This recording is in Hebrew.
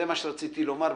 זה מה שרציתי לומר,